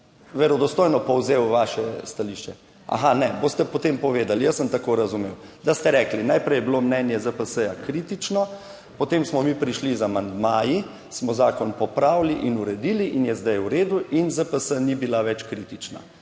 verodostojno povzel vaše stališče? Aha, ne boste potem povedali, jaz sem tako razumel, da ste rekli, najprej je bilo mnenje ZPS kritično. Potem smo mi prišli z amandmaji, smo zakon popravili in uredili in je zdaj v redu in ZPS ni bila več kritična.